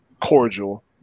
cordial